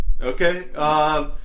Okay